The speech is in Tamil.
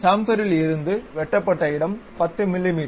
சாம்ஃபெரில் இருந்து வெட்ட பட்ட இடம் 10மிமீ